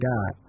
God